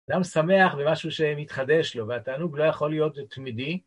אדם שמח ומשהו שמתחדש לו, והתענוג לא יכול להיות תמידי.